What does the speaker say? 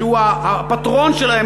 שהוא הפטרון שלהם,